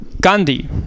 Gandhi